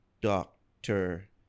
doctor